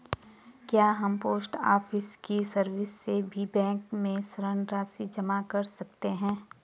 क्या हम post office की सर्विस से भी बैंक में ऋण राशि जमा कर सकते हैं?